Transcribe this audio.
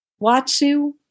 watsu